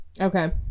Okay